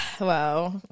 Wow